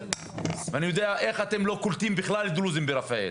ואני יודע איך אתם לא קולטים בכלל דרוזים ברפאל.